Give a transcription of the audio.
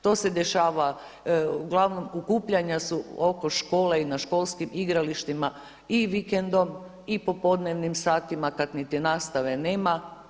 To se dešava, uglavnom okupljanja su oko škole i na školskim igralištima i vikendom i popodnevnim satima kad niti nastave nema.